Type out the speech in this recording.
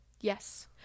Yes